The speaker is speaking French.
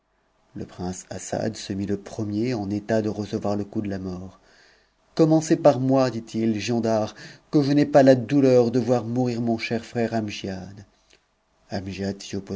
le prince assad se mit le premier en état de recevoir le coup de la mort commencez par moi dit-il giondar que je n'aie pas la douleur de voir mourir mon cher frère